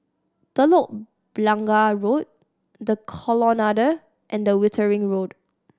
Telok Blangah Road The Colonnade and the Wittering Road